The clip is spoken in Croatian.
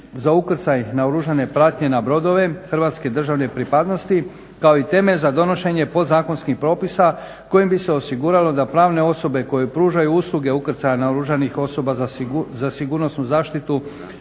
za ukrcaj naoružane pratnje na brodove hrvatske državne pripadnosti kao i temelj za donošenje podzakonskih propisa kojim bi se osiguralo da pravne osobe koje pružaju usluge ukrcaja naoružanih osoba za sigurnosnu zaštitu